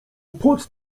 pod